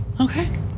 Okay